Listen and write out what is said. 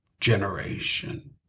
generation